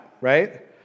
right